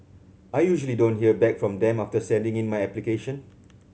I usually don't hear back from them after sending in my application